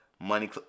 Money